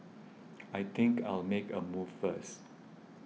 I think I'll make a move first